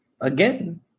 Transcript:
Again